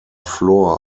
floor